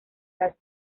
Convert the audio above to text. las